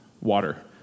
water